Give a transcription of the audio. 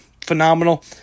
phenomenal